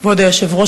כבוד היושב-ראש,